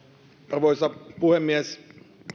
arvoisa puhemies